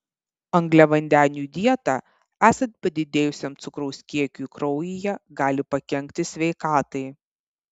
angliavandenių dieta esant padidėjusiam cukraus kiekiui kraujyje gali pakenkti sveikatai